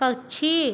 पक्षी